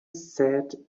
said